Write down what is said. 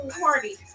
party